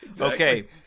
Okay